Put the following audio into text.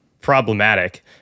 problematic